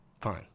fine